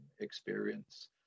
experience